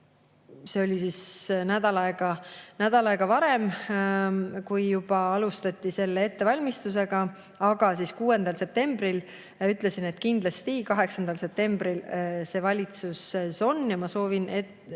see oli nädal aega varem, kui alustati selle ettevalmistusega. 6. septembril ütlesin, et kindlasti 8. septembril see valitsuses on ja ma soovin